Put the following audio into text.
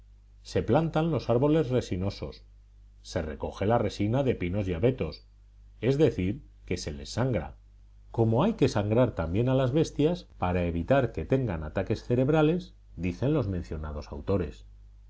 se plantan los árboles resinosos se recoge la resina de pinos y abetos es decir que se les sangra como hay que sangrar también a las bestias